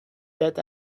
that